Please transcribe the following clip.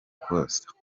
costa